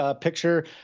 picture